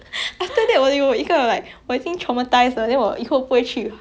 orh